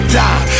die